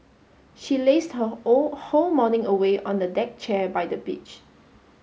she lazed her all whole morning away on a deck chair by the beach